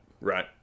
right